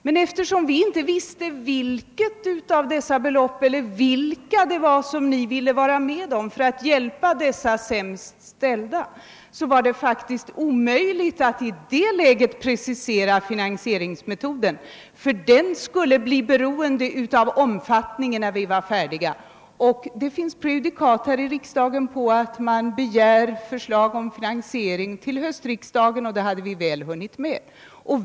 Men eftersom vi nu inte visste vilket eller vilka av dessa belopp ni ville gå med på för att hjälpa dessa sämst ställda, så var det faktiskt omöjligt för oss att i det läget presentera en finansieringsmetod, eftersom den var beroende av omfattningen av utgifterna, när besluten var fattade. Och det finns ju prejudikat på att man kan begära förslag om finansiering under höstriksdagen, vilket vi hade hunnit väl med att presentera.